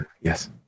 yes